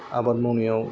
आबाद मावनायाव